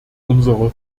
unsere